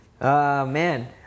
Man